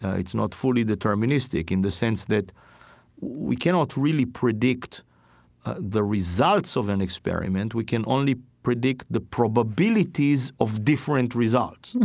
it's not fully deterministic in the sense that we cannot really predict the results of an experiment. we can only predict probabilities of different results